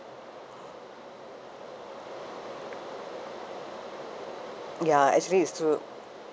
ya actually it's true